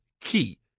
key